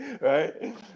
right